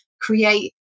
create